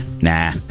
nah